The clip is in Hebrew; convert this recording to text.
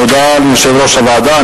תודה ליושב-ראש הוועדה.